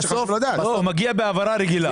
מגיע בהעברה רגילה.